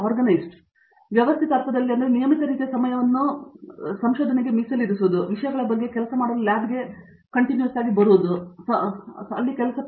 Satyanarayana N Gummadi ಆದ್ದರಿಂದ ವ್ಯವಸ್ಥಿತ ಅರ್ಥದಲ್ಲಿ ನಿಯಮಿತ ರೀತಿಯ ಸಮಯವನ್ನು ಮಾಡುವುದು ಈ ವಿಷಯಗಳ ಮೇಲೆ ಕೆಲಸ ಮಾಡಲು ಲ್ಯಾಬ್ಗೆ ಬರುತ್ತೀರಿ